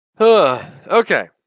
Okay